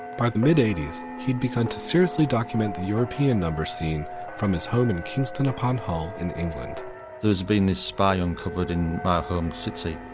by the mid eighty s, he had become to seriously document the european number scene from his home in kingston upon hull in england there has been this spy uncovered in my home city,